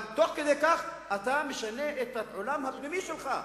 אבל תוך כדי כך אתה משנה את העולם הפנימי שלך,